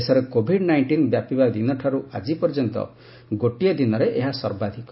ଦେଶରେ Covid nineteen ବ୍ୟାପିବା ଦିନଠାରୁ ଆଜିପର୍ଯ୍ୟନ୍ତ ଗୋଟିଏ ଦିନରେ ଏହା ସର୍ବାଧିକ